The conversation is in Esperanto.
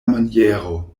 maniero